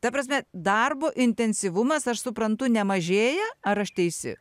ta prasme darbo intensyvumas aš suprantu nemažėja ar aš teisi